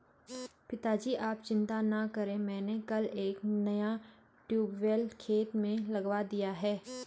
पिताजी आप चिंता ना करें मैंने कल एक नया ट्यूबवेल खेत में लगवा दिया है